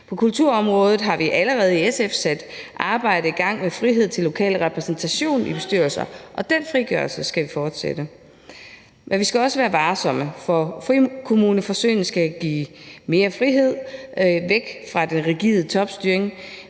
På kulturområdet har vi i SF allerede sat et arbejde i gang med frihed til lokal repræsentation i bestyrelser, og den frigørelse skal vi fortsætte. Men vi skal også være varsomme, for frikommuneforsøgene skal give mere frihed væk fra den rigide topstyring,